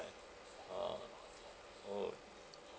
a'ah oh